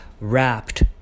wrapped